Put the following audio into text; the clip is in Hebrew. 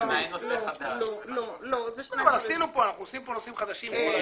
אנחנו מכניסים פה נושאים חדשים.